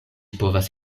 povas